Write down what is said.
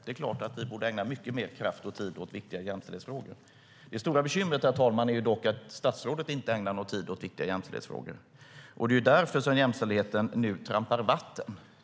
Det är klart att vi borde ägna mycket mer kraft och tid åt viktiga jämställdhetsfrågor. Det stora bekymret, herr talman, är dock att statsrådet inte ägnar någon tid åt viktiga jämställdhetsfrågor, och det är därför som jämställdheten nu trampar vatten.